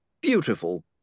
Beautiful